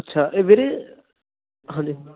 ਅੱਛਾ ਇਹ ਵੀਰੇ ਹਾਂਜੀ